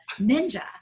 ninja